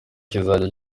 kizajya